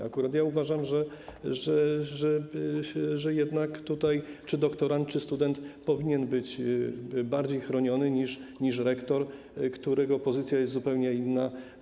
Akurat ja uważam, że jednak tutaj czy doktorant, czy student powinien być bardziej chroniony niż rektor, którego pozycja jest zupełnie inna.